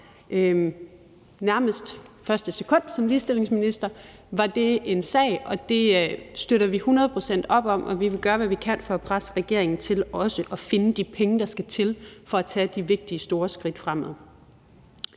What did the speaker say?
Nærmest fra første sekund som ligestillingsminister var det en sag, og den støtter vi hundrede procent op om, og vi vil gøre, hvad vi kan, for at presse regeringen til også at finde de penge, der skal til, for at tage de vigtige, store skridt fremad.